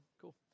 Cool